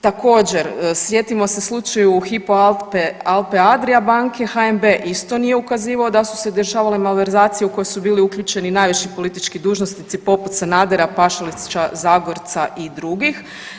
Također sjetimo se u slučaju Hypo Alpe Adria banke HNB isto nije ukazivao da su se dešavale malverzacije u koje su bili uključeni najviši politički dužnosnici poput Sanadera, Pašalića, Zagorca i drugih.